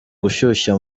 gushyuha